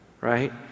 right